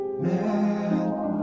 mad